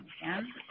again